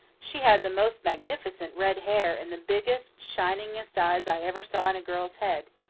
she had the most magnificent red hair and the biggest, shiningest eyes i ever saw in a girl's head.